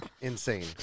insane